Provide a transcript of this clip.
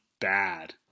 bad